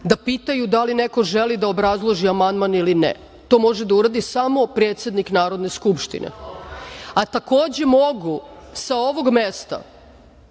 da pitaju da li neko želi da obrazloži amandman ili ne. To može da uradi samo predsednik Narodne skupštine. Takođe mogu sa ovog mesta